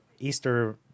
Easter